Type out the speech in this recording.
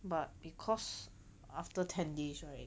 but because after ten days right